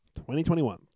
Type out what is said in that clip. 2021